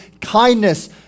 kindness